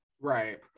Right